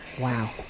Wow